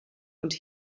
und